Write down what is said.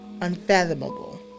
unfathomable